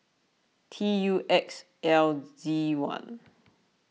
T U X L Z one